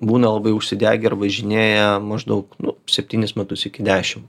būna labai užsidegę ir važinėja maždaug nu septynis metus iki dešim